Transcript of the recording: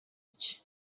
iki